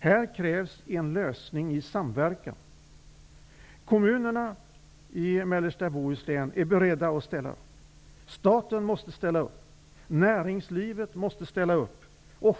Här krävs en lösning i samverkan. Kommunerna i mellersta Bohuslän är beredda att ställa upp. Staten måste ställa upp. Näringslivet måste ställa upp.